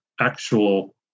actual